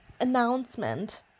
announcement